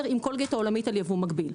עם קולגייט העולמית על ייבוא מקביל.